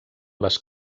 les